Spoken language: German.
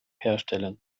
herstellen